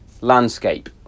landscape